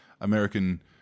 American